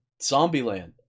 Zombieland